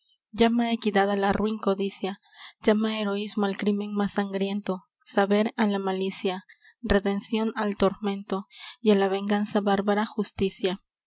llama equidad á la run codicia llama heroismo al crímen más sangriento saber á la malicia redencion al tormento y á la venganza bárbara justicia